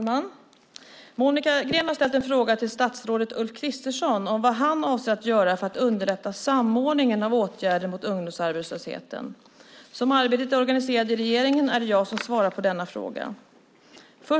Herr talman! Monica Green har ställt en interpellation till statsrådet Ulf Kristersson om vad han avser att göra för att underlätta samordningen av åtgärder mot ungdomsarbetslösheten. Som arbetet är organiserat i regeringen är det jag som svarar på denna interpellation.